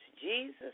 Jesus